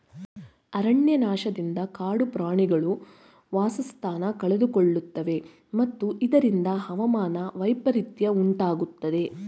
ಅರಣ್ಯನಾಶದಿಂದ ಕಾಡು ಪ್ರಾಣಿಗಳು ವಾಸಸ್ಥಾನ ಕಳೆದುಕೊಳ್ಳುತ್ತವೆ ಮತ್ತು ಇದರಿಂದ ಹವಾಮಾನ ವೈಪರಿತ್ಯ ಉಂಟಾಗುತ್ತದೆ